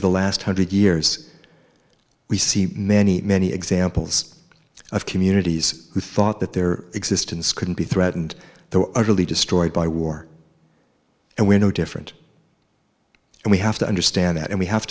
of the last hundred years we see many many examples of communities who thought that their existence couldn't be threatened they were utterly destroyed by war and we're no different and we have to understand that and we have